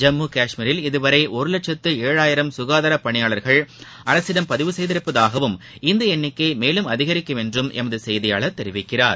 ஜம்மு காஷ்மீரில் இதுவளர் ஒரு லட்சத்து ஏழாயிரம் சுகாதார பணியாளர்கள் அரசிடம் பதிவு செய்துள்ளதாகவும் இந்த எண்ணிக்கை மேலும் அதிகரிக்கும் என்றும் எமது செய்தியாளர் தெரிவிக்கிறார்